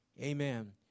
Amen